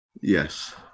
Yes